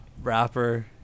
Rapper